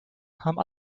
haben